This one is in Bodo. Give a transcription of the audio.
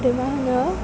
ओमफ्राय मा होनो